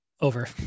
Over